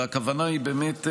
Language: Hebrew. והכוונה היא באמת,